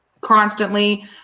constantly